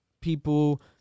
people